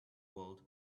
world